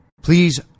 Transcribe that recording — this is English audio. Please